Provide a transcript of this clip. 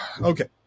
Okay